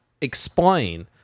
explain